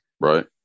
right